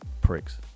Pricks